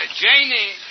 Janie